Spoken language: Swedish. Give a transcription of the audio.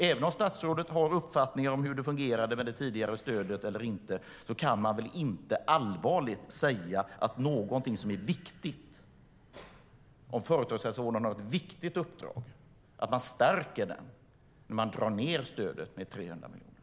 Även om statsrådet har uppfattningar om hur det fungerade med det tidigare stödet eller inte kan han väl inte allvarligt säga, om han tycker att företagshälsovården har ett viktigt uppdrag, att han stärker den när han drar ned stödet med 300 miljoner.